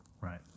right